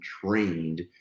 trained